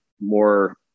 more